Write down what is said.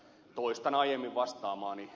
toistan aiemmin vastaamaani